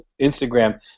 Instagram